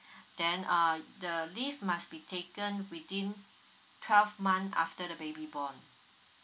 then uh the leave must be taken within twelve month after the baby born